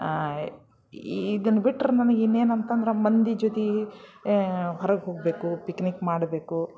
ಇದನ್ನು ಬಿಟ್ರೆ ನನ್ಗೆ ಇನ್ನೇನು ಅಂತಂದ್ರೆ ಮಂದಿ ಜೊತೆ ಹೊರಗೆ ಹೋಗಬೇಕು ಪಿಕ್ನಿಕ್ ಮಾಡಬೇಕು